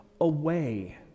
away